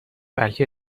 بلکه